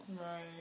Right